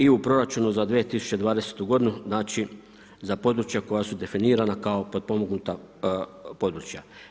I u proračunu za 2020. godinu znači za područja koja su definirana kao potpomognuta područja.